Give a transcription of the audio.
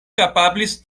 kapablis